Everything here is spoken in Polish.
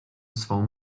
swą